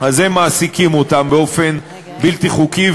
אז הם מעסיקים אותם באופן בלתי חוקי,